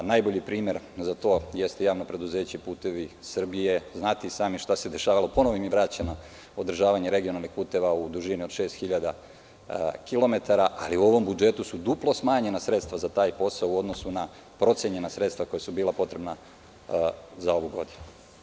Najbolji primer za to jeste javno preduzeće „Putevi Srbije“, znate i sami šta se dešavalo, ponovo im je vraćeno održavanje regionalnih puteva u dužini od šest hiljada kilometara, ali u ovom budžetu su duplo smanjena sredstva za taj posao u odnosu na procenjena sredstva koja su bila potrebna za ovu godinu.